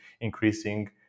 increasing